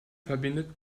verbindet